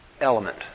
element